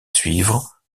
suivre